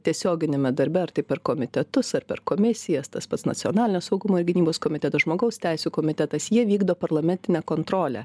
tiesioginiame darbe ar tai per komitetus ar per komisijas tas pats nacionalinio saugumo ir gynybos komiteto žmogaus teisių komitetas jie vykdo parlamentinę kontrolę